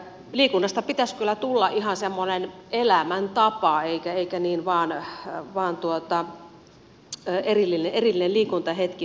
liikunnasta pitäisi kyllä tulla ihan semmoinen elämäntapa eikä olisi vain erillinen liikuntahetki